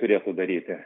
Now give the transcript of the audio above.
turėtų daryti